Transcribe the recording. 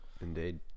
Indeed